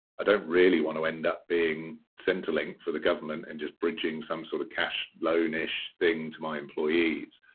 i don't really want to end up being centrelink for the government and just bridging some sort of cash loan-ish thing to my employees.